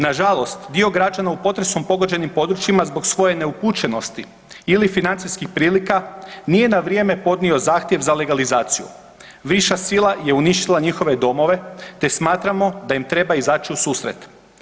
Nažalost, dio građana u potresu pogođenim područjima zbog svoje neupućenosti ili financijskih prilika nije na vrijeme podnio zahtjev za legalizaciju, viša sila je uništila njihove domove te smatramo da im treba izać u susret.